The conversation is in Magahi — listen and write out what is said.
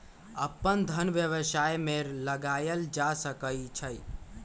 अप्पन धन व्यवसाय में लगायल जा सकइ छइ